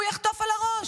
הוא יחטוף על הראש.